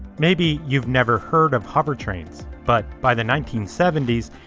maybe, you've never heard of hovertains, but by the nineteen seventy s,